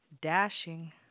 dashing